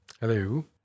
Hello